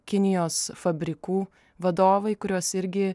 kinijos fabrikų vadovai kuriuos irgi